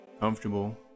Comfortable